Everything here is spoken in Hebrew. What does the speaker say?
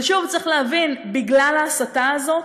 אבל שוב, צריך להבין, בגלל ההסתה הזאת,